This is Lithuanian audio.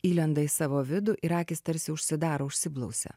įlenda į savo vidų ir akys tarsi užsidaro užsiblausia